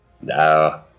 No